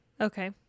Okay